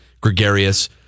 gregarious